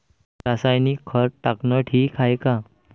रासायनिक खत टाकनं ठीक हाये का?